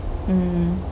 mm